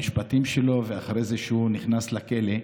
במשפטים שלו ואחרי זה כשהוא נכנס לכלא,